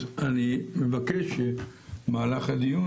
אז אני מבקש שבמהלך הדיון